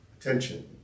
attention